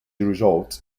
results